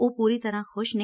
ਉਹ ਪੂਰੀ ਤਰੁਾਂ ਖੁਸ਼ ਨੇ